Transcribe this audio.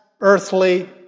earthly